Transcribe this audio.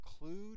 include